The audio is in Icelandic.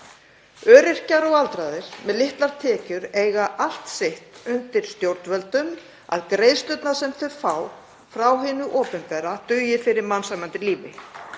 Öryrkjar og aldraðir með litlar tekjur eiga allt sitt undir stjórnvöldum, að greiðslurnar sem þau fá frá hinu opinbera dugi fyrir mannsæmandi lífi.